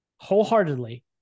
wholeheartedly